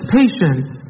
patience